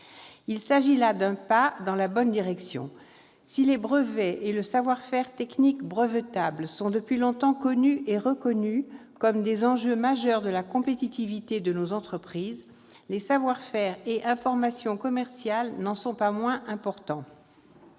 Il s'agit là d'un pas dans la bonne direction. Si les brevets et le savoir-faire technique brevetable sont depuis longtemps connus et reconnus comme des enjeux majeurs de la compétitivité de nos entreprises, les savoir-faire et informations commerciales n'en sont pas moins importants,